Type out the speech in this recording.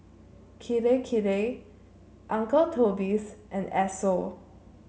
Kirei Kirei Uncle Toby's and Esso